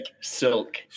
silk